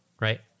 right